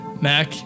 Mac